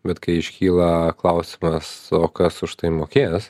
bet kai iškyla klausimas o kas už tai mokės